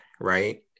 right